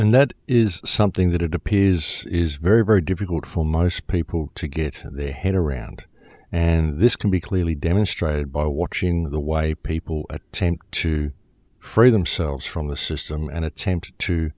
and that is something that it appears is is very very difficult for most people to get their head around and this can be clearly demonstrated by watching the why people attempt to free themselves from the system and attempt to